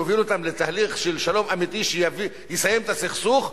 להוביל אותם לתהליך של שלום אמיתי שיסיים את הסכסוך,